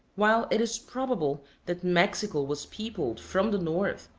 while it is probable that mexico was peopled from the north,